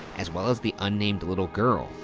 as well as the unnamed little girl,